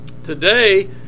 Today